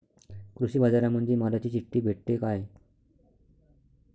कृषीबाजारामंदी मालाची चिट्ठी भेटते काय?